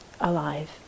alive